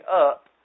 up